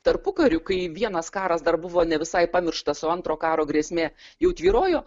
tarpukariu kai vienas karas dar buvo ne visai pamirštas o antro karo grėsmė jau tvyrojo